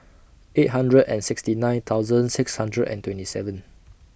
eight hundred and sixty nine thousand six hundred and twenty seven